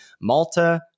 Malta